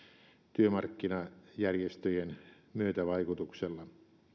työmarkkinajärjestöjen myötävaikutuksella